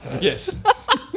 yes